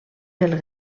del